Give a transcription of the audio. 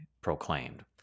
proclaimed